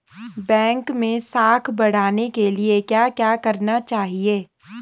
Bank मैं साख बढ़ाने के लिए क्या क्या करना चाहिए?